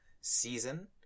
season